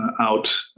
out